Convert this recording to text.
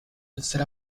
vencer